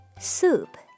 soup